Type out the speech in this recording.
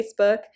facebook